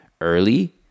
early